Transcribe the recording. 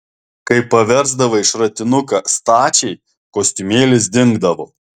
kai paversdavai šratinuką stačiai kostiumėlis dingdavo